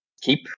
keep